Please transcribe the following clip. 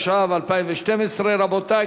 התשע"ב 2012. רבותי,